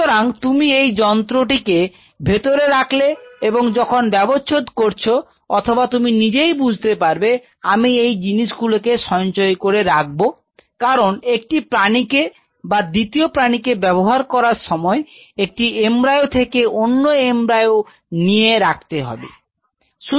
সুতরাং তুমি এই যন্ত্রটি কে ভিতরে রাখলে এবং যখন ব্যবচ্ছেদ করছো অথবা তুমি নিজেই বুঝতে পারবে আমি এই জিনিসগুলো কে সঞ্চয় করে রাখবো কারণ একটি প্রাণীকে বা দ্বিতীয় প্রাণীকে ব্যবহার করার সময় একটি এমব্রায়ো থেকে অন্য এমব্রায়ো নিয়ে রাখতে হবে